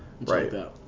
Right